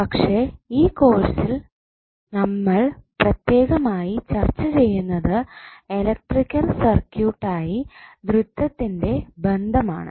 പക്ഷെ ഈ കോഴ്സിൽ നമ്മൾ പ്രത്യേകമായി ചർച്ച ചെയുന്നത് ഇലെക്ട്രിക്കൽ സർക്യൂട്ടായി ദ്വിത്വത്തിൻറെ ബന്ധമാണ്